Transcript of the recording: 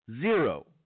zero